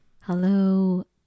hello